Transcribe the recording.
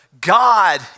God